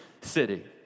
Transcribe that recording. city